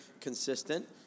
consistent